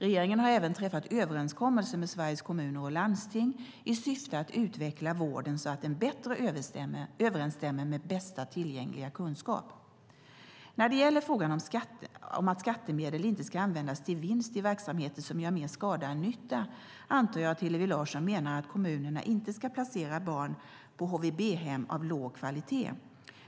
Regeringen har även träffat överenskommelser med Sveriges Kommuner och Landsting i syfte att utveckla vården så att den bättre överensstämmer med bästa tillgängliga kunskap. När det gäller frågan om att skattemedel inte ska användas till vinst i verksamheter som gör mer skada än nytta antar jag att Hillevi Larsson menar att kommunen inte ska placera barn på HVB-hem av låg kvalitet.